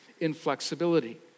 inflexibility